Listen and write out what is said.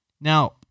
Now